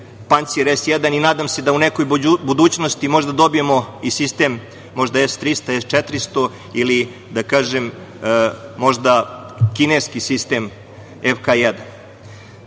Pancir S1 i nadam se da u nekoj budućnosti možda dobijemo i sistem možda S300, S400 ili možda kineski sistem FK1.Sve